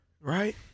right